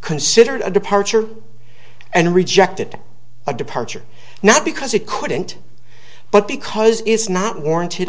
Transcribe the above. considered a departure and rejected a departure not because it couldn't but because it's not warranted